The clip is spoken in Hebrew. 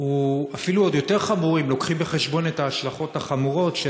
הוא אפילו עוד יותר חמור אם מביאים בחשבון את ההשלכות החמורות של